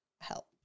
help